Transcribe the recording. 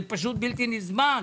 זה פשוט בלתי נסבל.